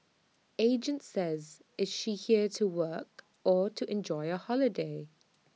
agent says is she here to work or to enjoy A holiday